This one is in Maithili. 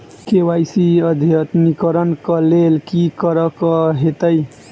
के.वाई.सी अद्यतनीकरण कऽ लेल की करऽ कऽ हेतइ?